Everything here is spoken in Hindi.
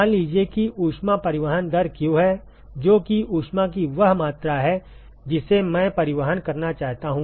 मान लीजिए कि ऊष्मा परिवहन दर q है जो कि ऊष्मा की वह मात्रा है जिसे मैं परिवहन करना चाहता हूँ